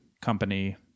company